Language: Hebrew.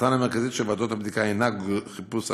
מטרתן המרכזית של ועדות הבדיקה אינה חיפוש האשמים,